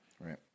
right